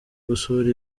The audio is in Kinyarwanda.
gusura